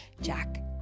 Jack